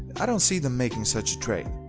i don't see them making such a trade.